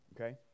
okay